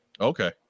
Okay